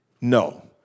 no